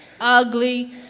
ugly